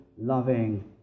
loving